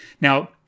Now